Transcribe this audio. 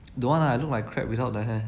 don't want lah I look like crap without the hair